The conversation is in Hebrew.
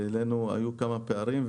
והיו כמה פערים.